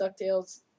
DuckTales